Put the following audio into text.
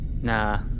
nah